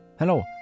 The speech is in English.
Hello